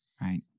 Right